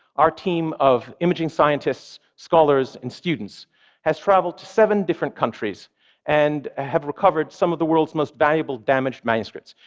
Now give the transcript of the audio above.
our team of imaging scientists, scholars and students has travelled to seven different countries and have recovered some of the world's most valuable damaged manuscripts,